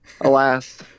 alas